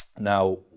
Now